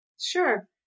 Sure